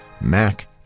Mac